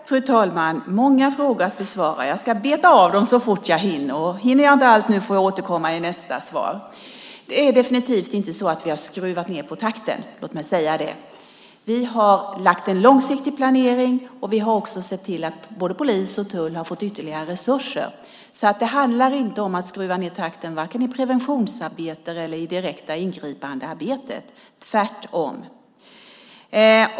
Fru talman! Det var många frågor att besvara. Jag ska beta av dem så fort jag hinner. Hinner jag inte med alla nu får jag återkomma i nästa inlägg. Det är definitivt inte så att vi har skruvat ned på takten. Det vill jag säga. Vi har gjort en långsiktig planering, och vi har också sett till att både polisen och tullen har fått ytterligare resurser. Det handlar inte om att skruva ned takten, vare sig i preventionsarbetet eller i det direkt ingripande arbetet - tvärtom.